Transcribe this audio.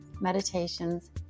meditations